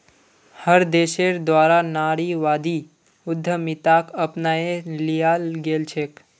हर देशेर द्वारा नारीवादी उद्यमिताक अपनाए लियाल गेलछेक